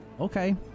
Okay